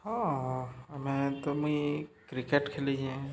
ହଁ ଆମେ ତ ମୁଇଁ କ୍ରିକେଟ୍ ଖେଲିଚେଁ